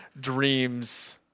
dreams